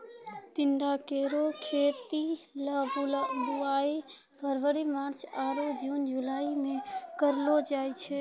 टिंडा केरो खेती ल बुआई फरवरी मार्च आरु जून जुलाई में कयलो जाय छै